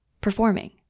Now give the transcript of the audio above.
performing